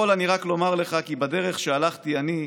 יכול אני רק לומר לך כי בדרך שהלכתי אני,